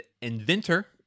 inventor